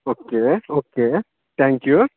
okay okay thank you